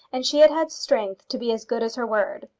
and she had had strength to be as good as her word.